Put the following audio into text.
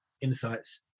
insights